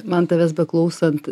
man tavęs beklausant